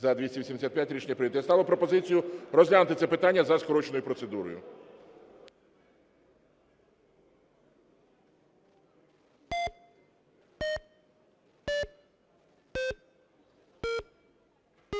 За-291 Рішення прийнято. Я ставлю пропозицію розглянути це питання за скороченою процедурою.